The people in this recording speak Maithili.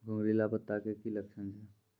घुंगरीला पत्ता के की लक्छण छै?